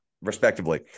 respectively